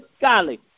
golly